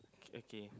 okay